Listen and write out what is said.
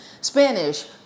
Spanish